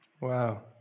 Wow